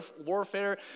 warfare